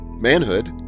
manhood